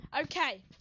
Okay